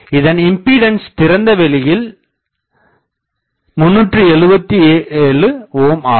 இதன் இம்பீடன்ஸ் திறந்தவெளியில் 377 ohm ஆகும்